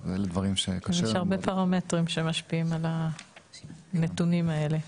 יש הרבה פרמטרים שמשפיעים על הנתונים האלה.